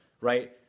right